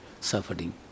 suffering